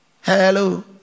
Hello